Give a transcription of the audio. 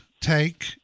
take